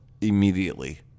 immediately